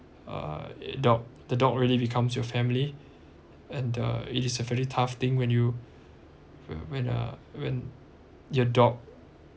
a dog the dog really becomes your family and the it is a very tough thing when you when uh when your dog